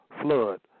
flood